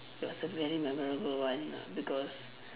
it was a very memorable one because